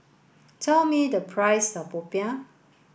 tell me the price of Popiah